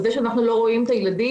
וזה שאנחנו לא רואים את הילדים,